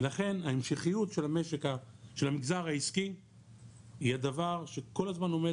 ולכן ההמשכיות של המגזר העסקי היא הדבר שכל הזמן עומד